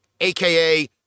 aka